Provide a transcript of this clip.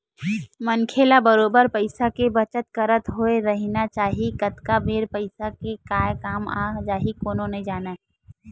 मनखे ल बरोबर पइसा के बचत करत होय रहिना चाही कतका बेर पइसा के काय काम आ जाही कोनो नइ जानय